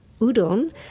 udon